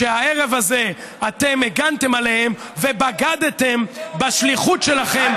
שהערב הזה אתם הגנתם עליהם ובגדתם בשליחות שלכם.